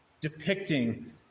depicting